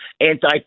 anti